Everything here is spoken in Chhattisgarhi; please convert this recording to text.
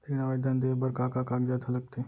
ऋण आवेदन दे बर का का कागजात ह लगथे?